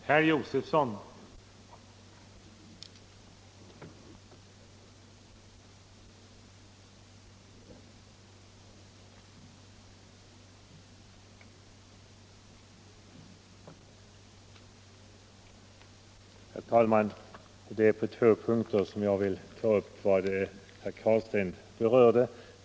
Herr talman! Jag vill på två punkter ta upp vad herr Carlstein berörde.